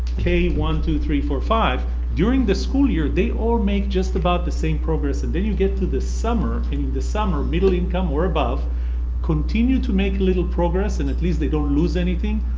k one, two, three, four, five during the school year they all make just about the same progress and then you get to the summer and in the summer middle income or above continue to make a little progress and at least they don't lose anything.